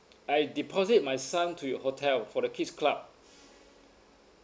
I deposit my son to your hotel for the kids club